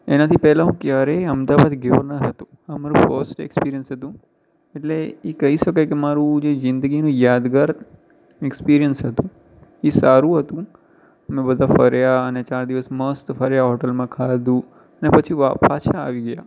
એનાથી પહેલાં હું ક્યારેય અહેમદાબાદ ગયો ન હતો આ મારું ફર્સ્ટ ઍક્સપિરિયન્સ હતું એટલે એ કહી શકાય કે મારું જે જિંદગીની યાદગાર ઍક્સપિરિયન્સ હતું એ સારું હતું અમે બધા ફર્યા અને ચાર દિવસ મસ્ત ફર્યા હોટૅલમાં ખાધું અને પછી વ પાછા આવી ગયા